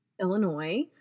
Illinois